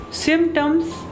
Symptoms